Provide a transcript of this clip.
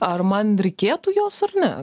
ar man reikėtų jos ar ne